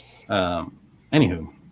anywho